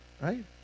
right